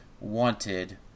wanted